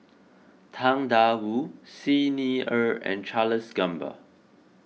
Tang Da Wu Xi Ni Er and Charles Gamba